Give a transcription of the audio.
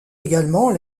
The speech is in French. également